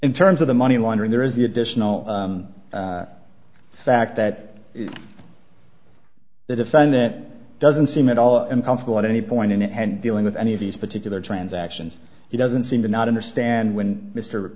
in terms of the money laundering there is the additional fact that the defendant doesn't seem at all uncomfortable at any point in it and dealing with any of these particular transactions he doesn't seem to not understand when mr